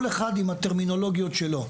כל אחד עם הטרמינולוגיות שלו.